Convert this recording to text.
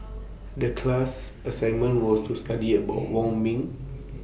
The class assignment was to study about Wong Ming